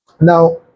Now